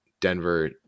Denver